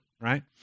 right